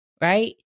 right